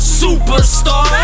superstar